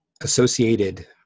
associated